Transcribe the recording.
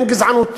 אין גזענות.